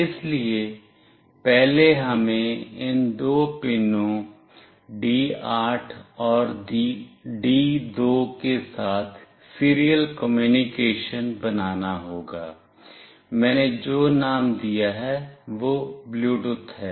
इसलिए पहले हमें इन दो पिनों D8 और D2 के साथ सीरियल कम्युनिकेशन बनाना होगा मैंने जो नाम दिया है वह ब्लूटूथ है